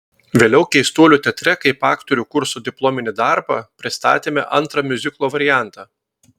vėliau keistuolių teatre kaip aktorių kurso diplominį darbą pristatėme antrą miuziklo variantą